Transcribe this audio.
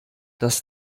das